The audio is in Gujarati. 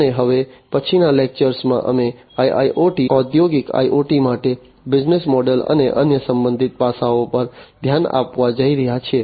અને હવે પછીના લેક્ચરમાં અમે IIoT ઔદ્યોગિક IoT માટે બિઝનેસ મોડલ અને અન્ય સંબંધિત પાસાઓ પર ધ્યાન આપવા જઈ રહ્યા છીએ